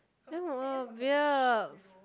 damn obvious